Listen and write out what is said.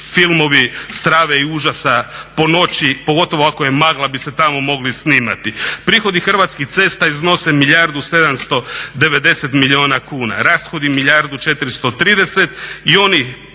Filmovi strave i užasa po noći, pogotovo ako je magla bi se tamo mogli snimati. Prihodi Hrvatskih cesta iznose milijardu i 790 milijuna kuna, rashodi milijardu i 430 i oni